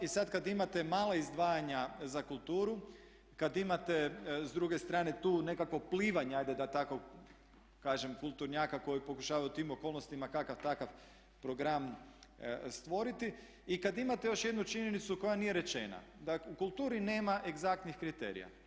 I sad kad imate mala izdvajanja za kulturu, kad imate s druge strane tu nekakvo plivanje ajde da tako kažem kulturnjaka koji pokušavaju u tim okolnostima kakav takav program stvoriti i kad imate još jednu činjenicu koja nije rečena, dakle u kulturi nema egzaktnih kriterija.